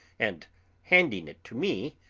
and handing it to me,